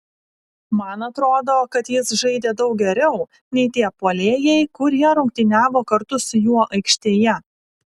man atrodo kad jis žaidė daug geriau nei tie puolėjai kurie rungtyniavo kartu su juo aikštėje